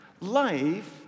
life